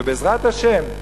ובעזרת השם,